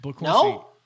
No